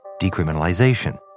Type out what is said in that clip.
decriminalization